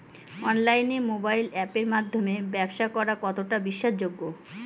অনলাইনে মোবাইল আপের মাধ্যমে ব্যাবসা করা কতটা বিশ্বাসযোগ্য?